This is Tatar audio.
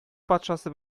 патшасы